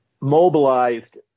mobilized